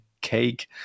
cake